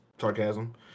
sarcasm